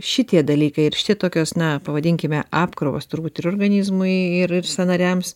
šitie dalykai ir šitokios na pavadinkime apkrovos turbūt ir organizmui ir ir sąnariams